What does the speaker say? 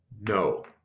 No